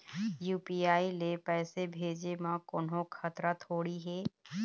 UPI ले पैसे भेजे म कोन्हो खतरा थोड़ी हे?